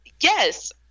yes